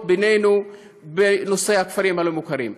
בינינו בנושא הכפרים הלא-מוכרים.